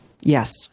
Yes